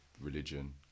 religion